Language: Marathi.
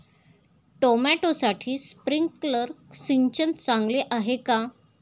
टोमॅटोसाठी स्प्रिंकलर सिंचन चांगले आहे का?